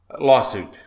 lawsuit